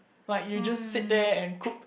but you just sit there and coop